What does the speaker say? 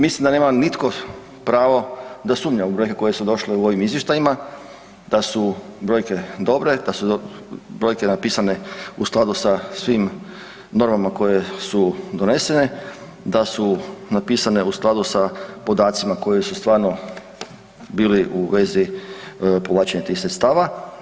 Mislim da nema nitko pravo da sumnja u brojke koje su došle u ovim izvještajima, da su brojke dobre, da su brojke napisane u skladu sa svim normama koje su donesene, da su napisane u skladu sa podacima koji su stvarno bili u vezi povlačenja tih sredstava.